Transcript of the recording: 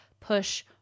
push